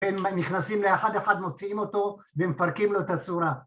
‫הם נכנסים לאחד אחד, ‫מוציאים אותו ומפרקים לו את הצורה.